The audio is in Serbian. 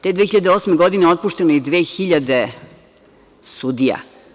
Te 2008. godine otpušteno je i 2.000 sudija.